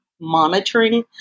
monitoring